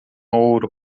ouro